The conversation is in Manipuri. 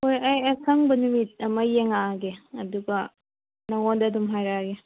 ꯍꯣꯏ ꯑꯩ ꯑꯁꯪꯕ ꯅꯨꯃꯤꯠ ꯑꯃ ꯌꯦꯡꯉꯛꯑꯒꯦ ꯑꯗꯨꯒ ꯅꯪꯉꯣꯟꯗ ꯑꯗꯨꯝ ꯍꯥꯏꯔꯛꯑꯒꯦ